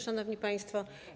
Szanowni Państwo!